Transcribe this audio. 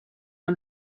una